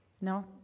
No